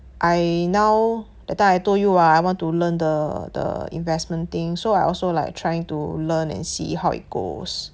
I now that time I told you ah I want to learn the the investment thing so I also like trying to learn and see how it goes